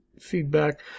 feedback